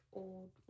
old